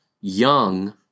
young